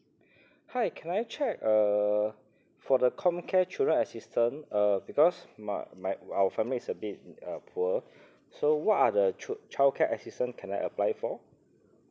hi can I check uh for the comcare children assistant uh because my my our family is a bit uh poor so what are the child childcare assistant can I apply for